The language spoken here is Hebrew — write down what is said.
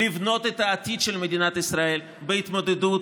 לבנות את העתיד של מדינת ישראל בהתמודדות